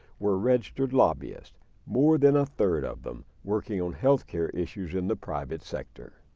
were registered lobbyists more than a third of them working on health care issues in the private sector.